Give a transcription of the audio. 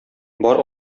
бар